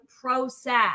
process